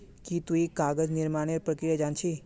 की तुई कागज निर्मानेर प्रक्रिया जान छि